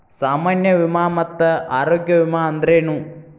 ಸಾಮಾನ್ಯ ವಿಮಾ ಮತ್ತ ಆರೋಗ್ಯ ವಿಮಾ ಅಂದ್ರೇನು?